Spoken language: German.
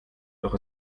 doch